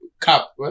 Cup